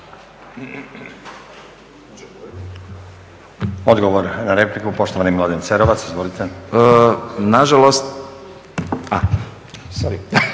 Odgovor na repliku, poštovani Mladen Cerovac. Izvolite. **Cerovac,